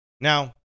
Now